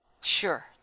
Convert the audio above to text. sure